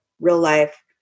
real-life